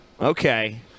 Okay